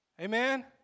Amen